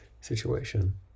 situation